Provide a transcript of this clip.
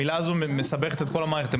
המילה הזאת מסבכת את כל המערכת.